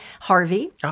Harvey